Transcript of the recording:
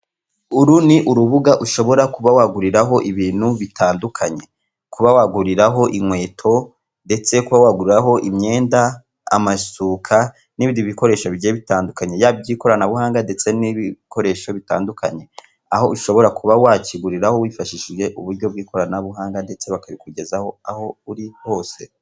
Uru ni urubuga ushobora kuba waguriraho ibintu bitandukanye kubabaguriraho inkweto, ndetse kuba waguraho imyenda amashuka n'ibindi bikoresho bigiye bitandukanye iby'ikoranabuhanga ndetse n'ibikoresho bitandukanye aho ushobora kuba wakiguriraho wifashishije uburyo bw'ikoranabuhanga ndetse bakabikugezaho aho uri hose.